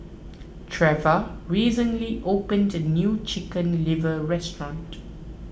Treva recently opened the new Chicken Liver restaurant